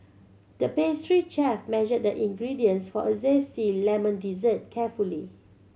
the pastry chef measured the ingredients for a zesty lemon dessert carefully